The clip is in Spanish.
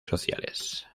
sociales